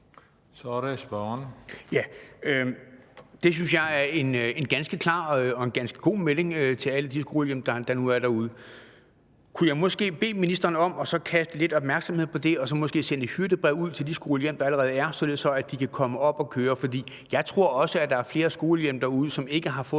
Peter Juel-Jensen (V): Det synes jeg er en ganske klar og en ganske god melding til alle de skolehjem, der nu er derude. Kunne jeg måske bede ministeren om så at kaste lidt opmærksomhed på det og måske sende et hyrdebrev ud til de skolehjem, der er, således at de kan komme op at køre? For jeg tror, at der er flere skolehjem derude, som ikke har fået